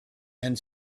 and